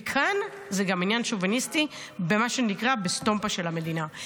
וכאן זה גם עניין שוביניסטי במה שנקרא בסטמפה של המדינה.